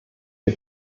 wir